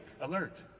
alert